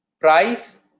price